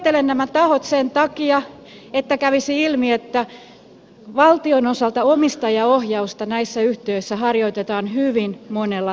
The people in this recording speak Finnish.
luettelen nämä tahot sen takia että kävisi ilmi että valtion osalta omistajaohjausta näissä yhtiöissä harjoitetaan hyvin monella taholla